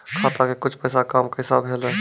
खाता के कुछ पैसा काम कैसा भेलौ?